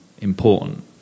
important